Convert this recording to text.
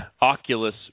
Oculus